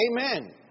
Amen